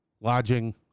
lodging